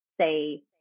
say